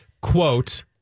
Quote